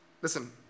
Listen